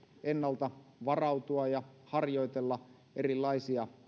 ennalta varautua ja harjoitella mahdollisia erilaisia